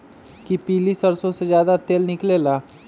कि पीली सरसों से ज्यादा तेल निकले ला?